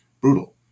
brutal